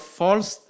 false